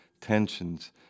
tensions